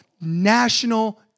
National